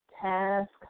Task